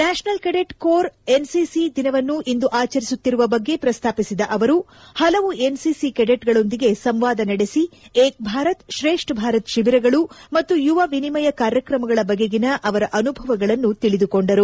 national cadet corps NCC ದಿನವನ್ನು ಇಂದು ಆಚರಿಸುತ್ತಿರುವ ಬಗ್ಗೆ ಪ್ರಸ್ತಾಪಿಸಿದ ಅವರು ಪಲವು ಎನ್ಸಿಸಿ ಕೆಡೆಟ್ಗಳೊಂದಿಗೆ ಸಂವಾದ ನಡೆಸಿ ಏಕ ಭಾರತ್ ಶ್ರೇಷ್ಠ ಭಾರತ್ ಶಿಬಿರಗಳು ಮತ್ತು ಯುವ ವಿನಿಮಯ ಕಾರ್ಯಕ್ರಮಗಳ ಬಗೆಗಿನ ಅವರ ಅನುಭವಗಳನ್ನು ತಿಳಿದುಕೊಂಡರು